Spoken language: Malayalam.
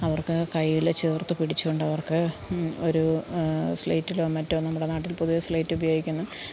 അവര്ക്ക് കയ്യില് ചേര്ത്തു പിടിച്ചുകൊണ്ടവര്ക്ക് ഒരു സ്ലേറ്റിലോ മറ്റൊ നമ്മുടെ നാട്ടില് പൊതുവേ സ്ലേറ്റ് ഉപയോഗിക്കുന്നു